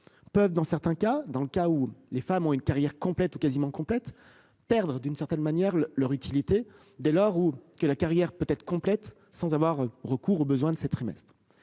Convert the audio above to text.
Peuvent dans certains cas dans le cas où les femmes ont une carrière complète au quasiment complète perdre d'une certaine manière le leur utilité. Dès lors, ou que la carrière peut être complète sans avoir recours aux besoins de ses trimestres.